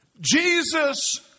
Jesus